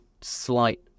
slight